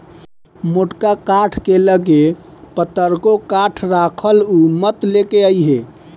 मोटका काठ के लगे पतरको काठ राखल उ मत लेके अइहे